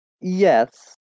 Yes